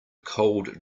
cold